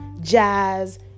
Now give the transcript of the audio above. jazz